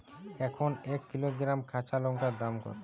এখন এক কিলোগ্রাম কাঁচা লঙ্কার দাম কত?